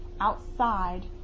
outside